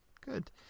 good